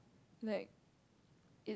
like it's